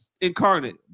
Incarnate